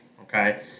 okay